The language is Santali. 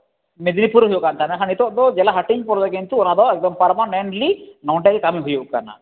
ᱢᱮᱫᱽᱱᱤᱯᱩᱨ ᱨᱮ ᱦᱩᱭᱩᱜ ᱠᱟᱱ ᱛᱟᱦᱮᱱᱟ ᱱᱤᱛᱳᱜ ᱫᱚ ᱡᱮᱞᱟ ᱦᱟᱹᱴᱤᱧ ᱯᱮᱨᱮ ᱠᱤᱱᱛᱩ ᱚᱱᱟᱫᱚ ᱟᱫᱚ ᱮᱠᱫᱚᱢ ᱯᱟᱨᱢᱟᱱᱮᱱᱴᱞᱤ ᱱᱚᱸᱰᱮ ᱜᱮ ᱠᱟᱹᱢᱤ ᱦᱩᱭᱩᱜ ᱠᱟᱱᱟ